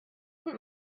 und